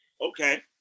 Okay